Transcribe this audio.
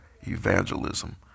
evangelism